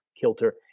kilter